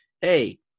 Hey